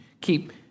keep